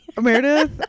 Meredith